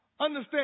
understand